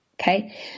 Okay